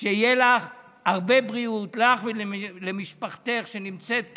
שתהיה לך הרבה בריאות, לך ולמשפחתך, שנמצאת כאן.